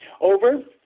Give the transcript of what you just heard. Over